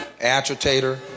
agitator